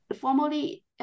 formally